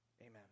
Amen